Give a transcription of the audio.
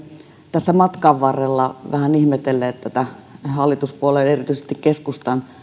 tässä matkan varrella vähän ihmetelleet tätä hallituspuolueiden erityisesti keskustan